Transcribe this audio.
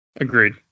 Agreed